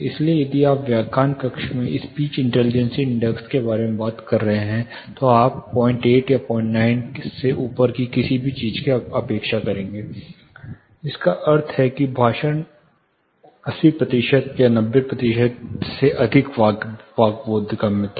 इसलिए यदि आप व्याख्यान कक्ष में स्पीच इंटेलीजेंस इंडेक्स के बारे में बात कर रहे हैं तो आप 08 या 09 से ऊपर की किसी चीज की अपेक्षा करेंगे जिसका अर्थ है कि भाषण 80 प्रतिशत या 90 प्रतिशत से अधिक वाक् बोधगम्यता हो